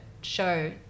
show